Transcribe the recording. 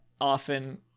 often